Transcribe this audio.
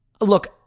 look